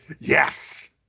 yes